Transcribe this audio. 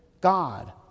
God